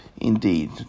indeed